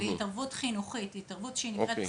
זו התערבות שנקראת ׳פסיכו-חינוכית׳.